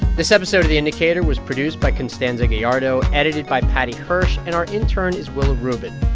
this episode of the indicator was produced by constanza gallardo, edited by paddy hirsch. and our intern is willa rubin.